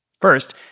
First